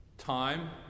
Time